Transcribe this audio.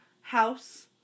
House